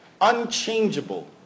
unchangeable